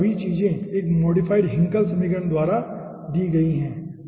तो ये सभी चीजें एक मॉडिफाइड हिंकल समीकरणों द्वारा दी गई हैं